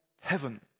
heaven